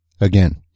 Again